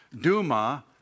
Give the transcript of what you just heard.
Duma